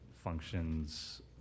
functions